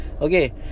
okay